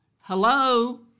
Hello